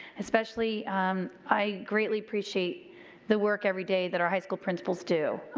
especially i greatly appreciate the work every day that our high school principals do,